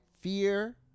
fear